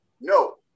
No